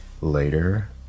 later